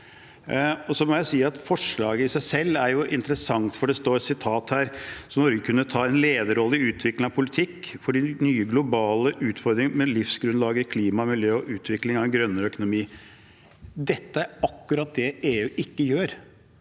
i seg selv er interessant, for det står: «(…) Norge kunne ta en lederrolle i utvikling av politikk for de nye globale utfordringene mot livsgrunnlaget: klima og miljø og utvikling av en grønnere økonomi.» Dette er akkurat det EU ikke gjør.